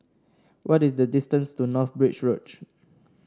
what is the distance to North Bridge Road